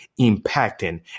impacting